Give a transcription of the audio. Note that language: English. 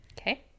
Okay